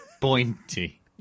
pointy